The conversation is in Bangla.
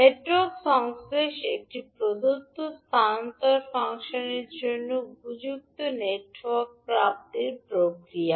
নেটওয়ার্ক সংশ্লেষ একটি প্রদত্ত স্থানান্তর ফাংশনের জন্য উপযুক্ত নেটওয়ার্ক প্রাপ্তির প্রক্রিয়া